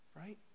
Right